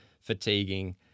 fatiguing